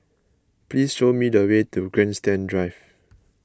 please show me the way to Grandstand Drive